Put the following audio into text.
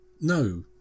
No